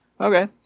Okay